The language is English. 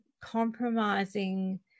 compromising